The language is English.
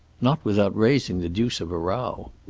not without raising the deuce of a row.